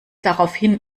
daraufhin